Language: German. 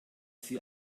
sie